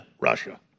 Russia